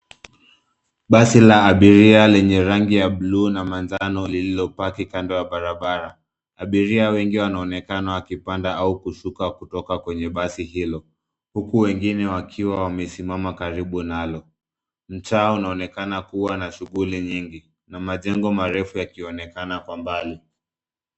Basi la abiria lenye rangi ya buluu na manjano lililopaki kando ya barabara. Abiria wengi wanaonekana wakipanda au kushuka kutoka kwenye basi hilo; huku wengine wakiwa wamesimama karibu nalo. Mtaa unaonekana kuwa wa shughuli nyingi na majengo marefu yakionekana kwa mbali.